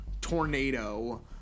tornado